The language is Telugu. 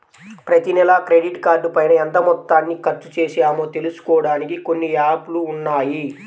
ప్రతినెలా క్రెడిట్ కార్డుపైన ఎంత మొత్తాన్ని ఖర్చుచేశామో తెలుసుకోడానికి కొన్ని యాప్ లు ఉన్నాయి